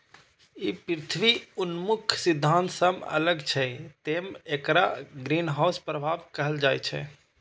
ई पृथ्वी उन्मुख सिद्धांत सं अलग छै, तें एकरा ग्रीनहाउस प्रभाव कहल जाइ छै